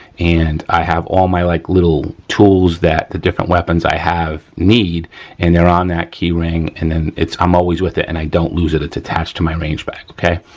and i have all my like little tools that the different weapons i have need and they're on that keyring and and i'm always with it and i don't lose it, it's attached to my range bag, okay.